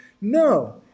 No